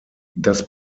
das